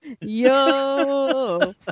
Yo